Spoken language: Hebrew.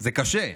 זה קשה,